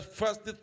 first